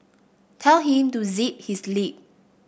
tell him to zip his lip